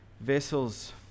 vessels